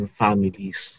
families